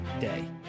day